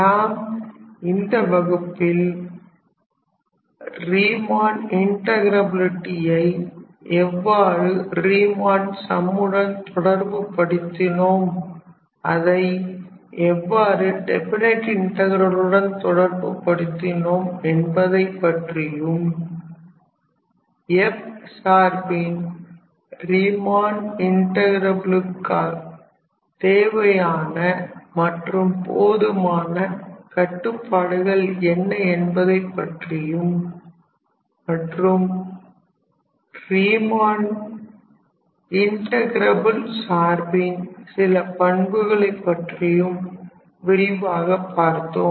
நாம் இந்த வகுப்பில் ரீமன் இன்டகிரபிலிட்டியை எவ்வாறு ரீமன் சம்முடன் தொடர்பு படுத்தினோம் அதை எவ்வாறு டெஃபனைட் இன்டகரலுடன் தொடர்பு படுத்தினோம் என்பதைப் பற்றியும் f சார்பின் ரீமன் இன்ட்டகிரபுலுக்கு தேவையான மற்றும் போதுமான கட்டுப்பாடுகள் என்ன என்பதைப் பற்றியும் மற்றும் ரீமன் இன்டகிரபில் சார்பின் சில பண்புகளை பற்றியும் விரிவாகப் பார்த்தோம்